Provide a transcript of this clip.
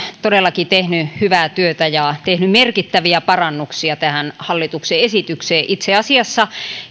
todellakin tehnyt hyvää työtä ja tehnyt merkittäviä parannuksia tähän hallituksen esitykseen itse asiassa